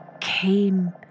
came